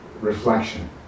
reflection